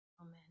Amen